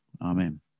Amen